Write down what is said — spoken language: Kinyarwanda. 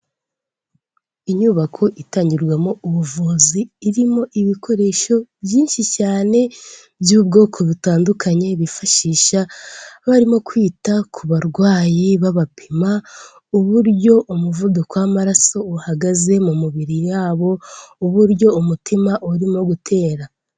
Inyubako itangirwamo ubuvuzi, irimo ibikoresho byinshi cyane by'ubwoko butandukanye bifashisha barimo kwita ku barwayi babapima uburyo umuvuduko w'amaraso uhagaze mu mibiri yabo, uburyo umutima urimo gutera.